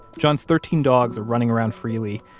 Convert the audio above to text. john's thirteen dogs are running around freely,